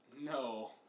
No